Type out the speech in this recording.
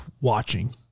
watching